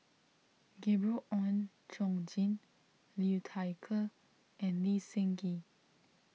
Gabriel Oon Chong Jin Liu Thai Ker and Lee Seng Gee